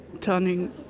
turning